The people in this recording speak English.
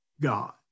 God